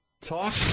Talk